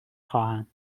خواهم